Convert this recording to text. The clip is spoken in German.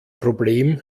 problem